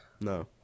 No